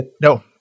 No